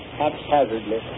haphazardly